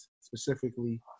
specifically